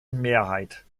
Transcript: mehrheit